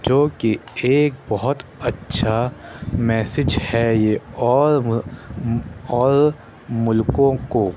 جو کہ ایک بہت اچھا میسج ہے یہ اور ملکوں کو